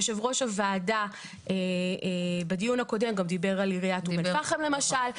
יושב-ראש הוועדה בדיון הקודם גם דיבר על עיריית אום אל פאחם למשל,